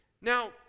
Now